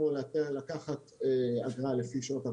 כמו לקחת אגרה לפי שעות עבודה,